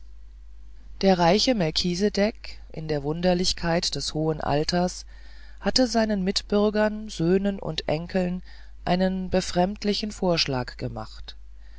der reiche melchisedech in der wunderlichkeit des hohen alters hatte seinen mitbürgern söhnen und enkeln einen befremdlichen vorschlag gemacht